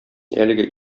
әлеге